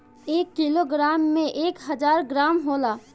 एक किलोग्राम में एक हजार ग्राम होला